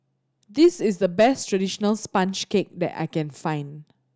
this is the best traditional sponge cake that I can find